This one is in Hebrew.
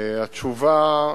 1. התשובה,